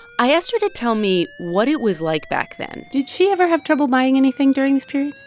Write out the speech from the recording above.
i asked her to tell me what it was like back then did she ever have trouble buying anything during this period?